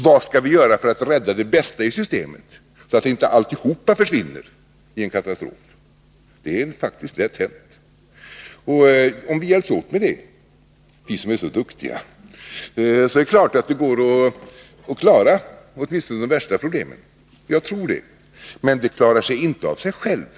Vad skall vi göra för att rädda det bästa i systemet, så att inte alltihop försvinner i en katastrof? Det är faktiskt lätt hänt. Om vi hjälps åt med det, vi som är så duktiga, tror jag att vi kan klara åtminstone de värsta problemen. Det ordnar sig inte av sig självt.